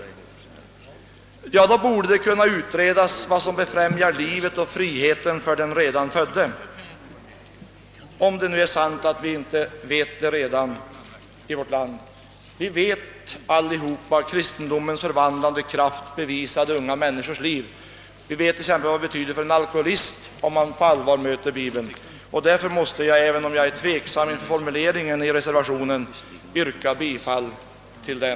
I så fall borde det också kunna utredas vad det är som befrämjar livet och friheten för den redan födde, om det nu är så att vi inte redan vet det i vårt land. Vi känner alla kristendomens förvandlande kraft i unga människors liv, och vi vet vad det t.ex. kan betyda för en alkoholist om han på allvar möter bibeln. Därför måste jag, även om jag är tveksam beträffande reservationens formulering, yrka bifall till den.